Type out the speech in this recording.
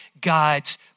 God's